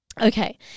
Okay